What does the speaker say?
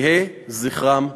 יהא זכרם ברוך.